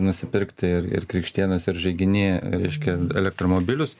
nusipirkti ir ir krikštėnuose ir žaiginy reiškia elektromobilius